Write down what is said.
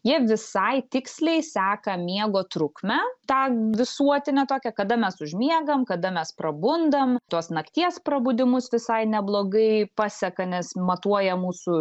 jie visai tiksliai seka miego trukmę tą visuotinę tokią kada mes užmiegam kada mes prabundam tos nakties prabudimus visai neblogai paseka nes matuoja mūsų